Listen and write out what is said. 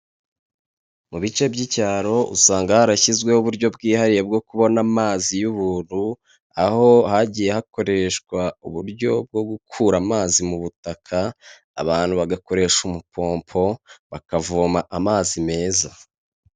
Mu bice by'icyaro usanga harashyizweho uburyo bwihariye bwo kubona amazi y'ubuntu, aho hagiye hakoreshwa uburyo bwo gukura amazi mu butaka abantu bagakoresha umupompo bakavoma amazi meza.